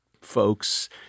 folks